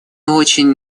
очень